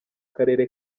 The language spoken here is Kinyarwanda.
karere